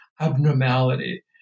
abnormality